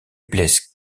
blesse